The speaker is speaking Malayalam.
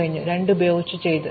അതിനാൽ ഞാൻ 2 ഉപയോഗിച്ച് ചെയ്തു